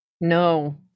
No